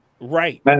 Right